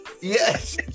Yes